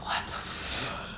what the f~